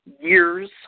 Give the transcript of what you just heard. years